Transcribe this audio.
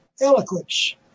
eloquence